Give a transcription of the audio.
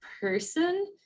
person